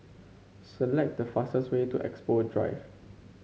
select the fastest way to Expo Drive